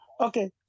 Okay